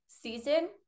season